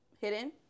hidden